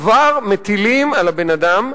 כבר מטילים על הבן-אדם,